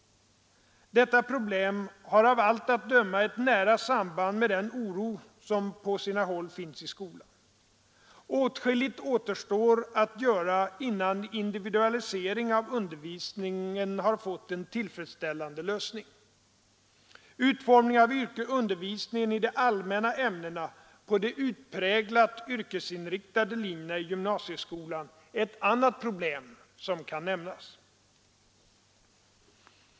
Detta problem har av allt att döma ett nära samband med den oro som på sina håll finns i skolan. Åtskilligt återstår att göra innan individualiseringen av undervisningen har fått en tillfredsställande lösning. Utformningen av undervisningen i de allmänna ämnena på de utpräglat yrkesinriktade linjerna i gymnasieskolan är ett annat problem som kan nämnas.